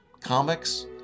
comics